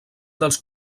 dels